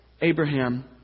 Abraham